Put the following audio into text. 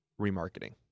remarketing